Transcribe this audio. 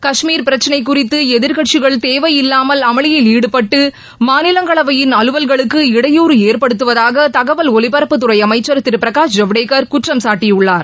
கஷ்மீர் பிரச்னை குறிதது எதிர்க்கட்சிகள் தேவையில்லாமல் அமளியில் ஈடுபட்டு மாநிலங்களவையின் அலுவல்களுக்கு இடையூறு ஏற்படுத்துவதாக தகவல் ஒலிபரப்புத்துறை அமைச்சர் திரு பிரகாஷ் ஜவ்டேகர் குற்றம் சாட்டியுள்ளார்